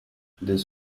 this